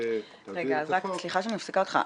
תעביר את החוק -- סליחה שאני מפסיקה אותך.